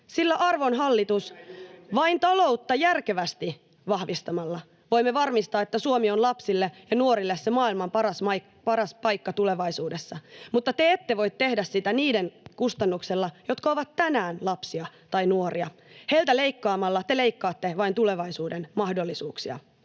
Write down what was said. Arvon hallitus, vain taloutta järkevästi vahvistamalla voimme varmistaa, että Suomi on lapsille ja nuorille se maailman paras paikka tulevaisuudessa. Mutta te ette voi tehdä sitä niiden kustannuksella, jotka ovat tänään lapsia tai nuoria. Heiltä leikkaamalla te leikkaatte vain tulevaisuuden mahdollisuuksia.